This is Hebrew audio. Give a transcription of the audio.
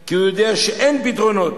כי הוא יודע שאין פתרונות,